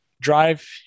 Drive